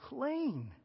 clean